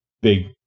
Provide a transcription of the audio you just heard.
big